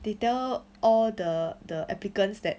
they tell all the the applicants that